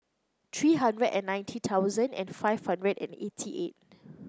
three hundred and ninety thousand and five hundred and eighty eight